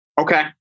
Okay